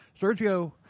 Sergio